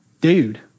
dude